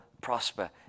prosper